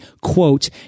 quote